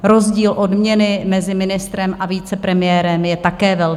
Rozdíl odměny mezi ministrem a vicepremiérem je také velký.